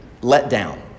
letdown